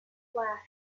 flash